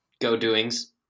go-doings